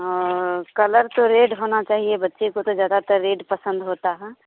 और कलर तो रेड होना चाहिए बच्चे को तो ज़्यादातर रेड पसंद होता है